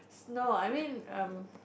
no I mean um